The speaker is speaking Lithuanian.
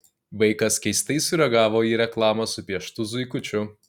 vaikas keistai sureagavo į reklamą su pieštu zuikučiu